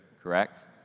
correct